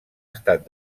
estat